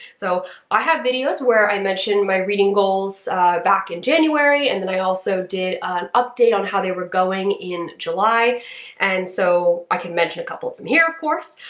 so i have videos where i mentioned my reading goals back in january and then i also did an update on how they were going in july and so i can mention a couple of them here of course.